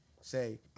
say